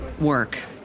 work